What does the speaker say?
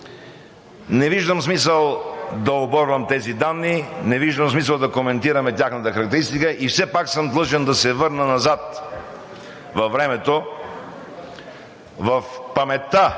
Не виждам смисъл да оборвам тези данни, не виждам смисъл да коментираме тяхната характеристика и все пак съм длъжен да се върна назад във времето, в памет